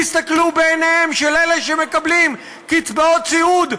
תסתכלו בעיניהם של אלה שמקבלים קצבאות סיעוד,